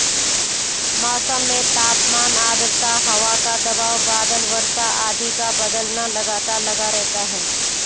मौसम में तापमान आद्रता हवा का दबाव बादल वर्षा आदि का बदलना लगातार लगा रहता है